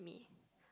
me